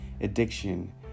addiction